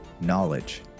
knowledge